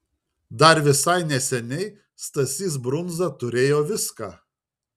dar visai neseniai stasys brundza turėjo viską